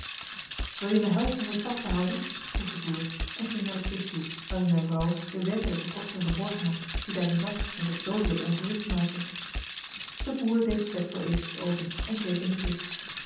wil je mij helpen om het vast te houden vroeg de boer en ging naar de kist toe waarin zijn vrouw den werkelijken koster verborgen had die daarin zat en zich doodelijk ongerust maakte de boer deed het deksel eventjes open en keek in de kist